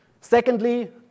Secondly